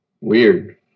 Weird